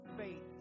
faith